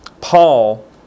Paul